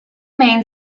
main